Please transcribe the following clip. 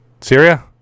Syria